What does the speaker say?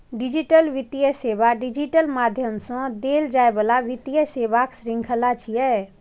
digital वित्तीय सेवा digital माध्यम सं देल जाइ बला वित्तीय सेवाक शृंखला छियै